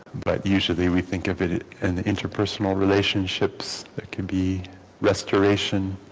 but usually we think of it and the interpersonal relationships that could be restoration